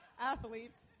Athletes